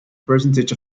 percentage